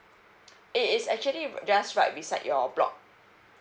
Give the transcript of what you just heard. it is actually just right beside your block